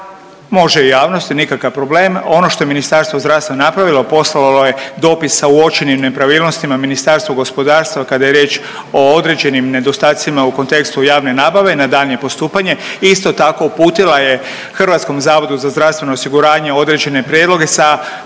može i javnosti nikakav problem. Ono što je Ministarstvo zdravstva napravilo poslalo je dopis sa uočenim nepravilnostima Ministarstvu gospodarstva kada je riječ o određenim nedostacima u kontekstu javne nabave na daljnje postupanje. Isto tako uputila je HZZO-u određene prijedloge sa